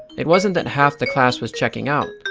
it wasn't that half the class was checking out,